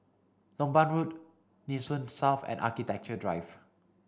lompang Road Nee Soon South and Architecture Drive